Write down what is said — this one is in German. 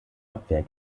abwehr